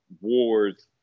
wars